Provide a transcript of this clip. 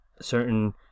certain